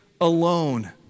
alone